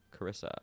Carissa